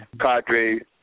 cadre